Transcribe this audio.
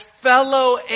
fellow